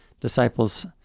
disciples